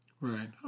Right